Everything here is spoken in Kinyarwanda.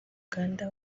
uganda